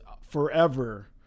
forever